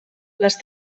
les